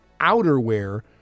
outerwear